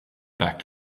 back